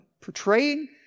portraying